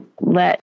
let